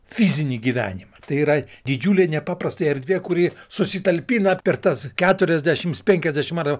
fizinį gyvenimą tai yra didžiulė nepaprastai erdvė kuri susitalpina per tas keturiasdešimt penkiasdešimt ar